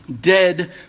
dead